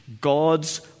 God's